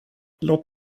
låt